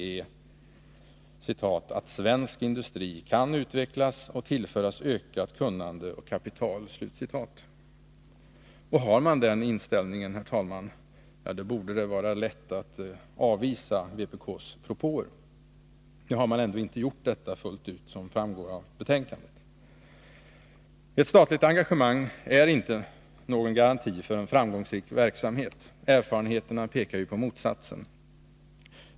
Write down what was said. Nr 23 ”svensk industri kan utvecklas och tillföras ökat kunnande om kapital”. Har Onsdagen den man den inställningen borde det vara lätt att avvisa vpk:s propåer. Det har 10 november 1982 man ändå inte gjort fullt ut, som framgår av betänkandet. Ett statligt engagemang är inte någon garanti för en framgångsrik Statligt ägande verksamhet. Erfarenheterna pekar på motsatsen.